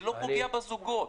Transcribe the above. זה לא פוגע בזוגות.